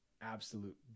absolute